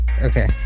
okay